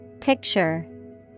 Picture